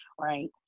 right